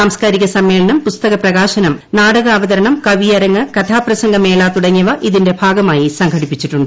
സാംസ്കാരിക സമ്മേളനം പുസ്തക പ്രകാശനം നാടകാവതരണം കവിയരങ്ങ് കഥാപ്രസംഗമേള തുടങ്ങിയവ ഇതിന്റെ ഭാഗമായി സംഘടിപ്പിച്ചിട്ടുണ്ട്